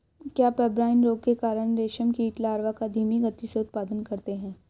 क्या पेब्राइन रोग के कारण रेशम कीट लार्वा का धीमी गति से उत्पादन करते हैं?